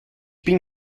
bin